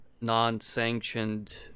non-sanctioned